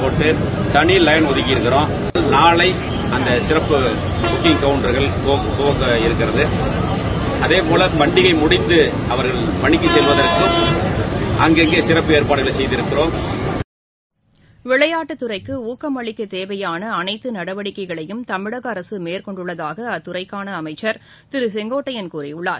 போட்டு களி லைன் ஒதக்கி இரக்கோம் நாளை அற்த சிரப்பு கவுண்டர்கள் அந்த புக்கிங் கவுண்டர்கள் தொடங்க இருக்கிறது அதேபோல பண்டிகை முடித்து அவரகள் பணிக்கு செல்வதற்கு சிறப்பு ஏற்பாடுகளை செய்திருக்கிறோம் விளையாட்டுத்துறைக்கு ஊக்கமளிக்க தேவையான அனைத்து நடவடிக்கைகளையும் தமிழக அரசு மேற்கொண்டுள்ளதாக அத்துறைக்கான அமைச்சர் திரு செங்கோட்டையன் கூறியுள்ளார்